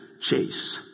chase